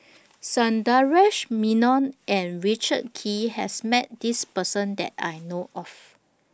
Sundaresh Menon and Richard Kee has Met This Person that I know of